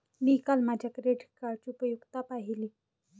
मी काल माझ्या क्रेडिट कार्डची उपयुक्तता पाहिली